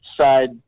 side